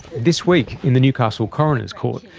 this week in the newcastle coroners court,